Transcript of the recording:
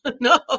no